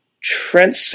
Trent